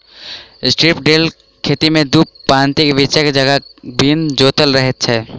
strip till खेती मे दू पाँतीक बीचक जगह बिन जोतल रहैत छै